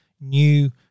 new